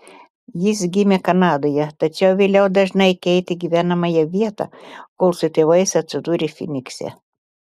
jis gimė kanadoje tačiau vėliau dažnai keitė gyvenamąją vietą kol su tėvais atsidūrė fynikse